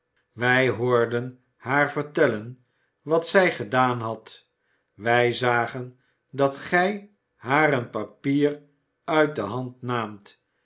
wij hoorden haar vertellen wat zij gedaan had wij zagen dat gij haar een papier uit de hand naamt en